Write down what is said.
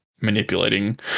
manipulating